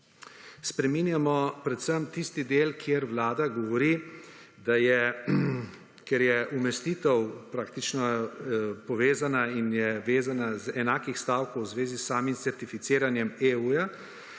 Spreminjamo predvsem tisti del, kjer vlada govori, da je, ker je umestitev praktično povezana in je vezana iz enakih stavkov v zvezi s samim certificiranjem EU-ja,